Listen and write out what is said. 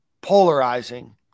polarizing